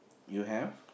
you have